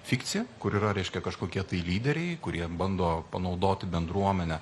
fikciją kur yra reiškia kažkokie tai lyderiai kurie bando panaudoti bendruomenę